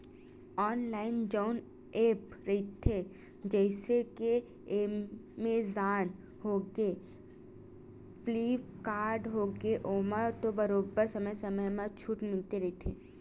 online जउन app रहिथे जइसे के एमेजॉन होगे, फ्लिपकार्ट होगे ओमा तो बरोबर समे समे म छूट मिलते रहिथे